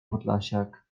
podlasiak